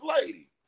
lady